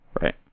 Right